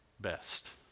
best